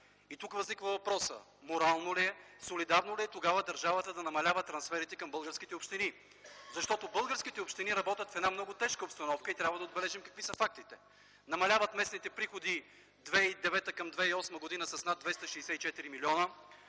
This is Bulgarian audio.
Тук възниква въпросът: морално ли е, солидарно ли е тогава държавата да намалява трансферите към българските общини? Защото българските общини работят в една много тежка обстановка и трябва да отбележим какви са фактите. Намаляват местните приходи 2009 към 2008 г. с над 264 милиона,